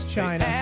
China